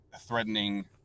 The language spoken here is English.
threatening